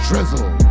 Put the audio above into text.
Drizzle